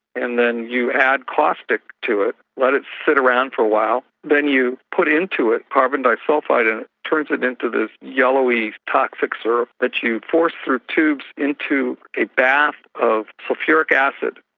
and then you add caustic to it, let it sit around for a while, then you put into it carbon disulphide and it turns it into this yellowy toxic syrup that you force through tubes into a bath of sulphuric acid.